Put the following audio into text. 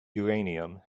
uranium